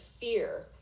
fear